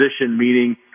meaning